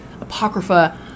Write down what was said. Apocrypha